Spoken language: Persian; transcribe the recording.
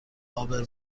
عابر